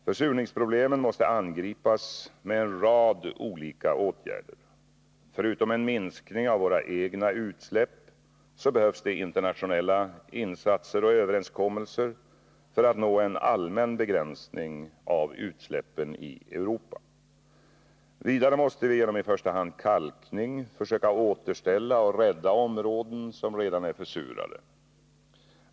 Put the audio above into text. Försurningsproblemen måste angripas genom en rad olika åtgärder. Förutom en minskning av våra egna utsläpp behövs det internationella insatser och överenskommelser för att nå en allmän begränsning av utsläppen i Europa. Vidare måste vi genom i första hand kalkning försöka återställa och rädda områden som redan är försurade.